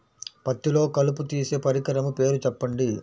పత్తిలో కలుపు తీసే పరికరము పేరు చెప్పండి